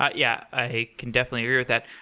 ah yeah, i can definitely agree with that.